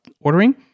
ordering